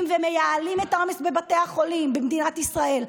ומייעלים את העומס בבתי החולים במדינת ישראל.